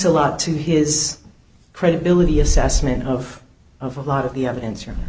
a lot to his credibility assessment of of a lot of the evidence or